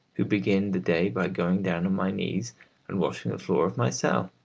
who begin the day by going down on my knees and washing the floor of my cell.